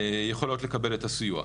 יכולות לקבל את הסיוע.